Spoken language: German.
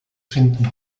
finden